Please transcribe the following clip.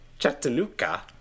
Chattanooga